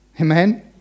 Amen